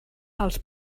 als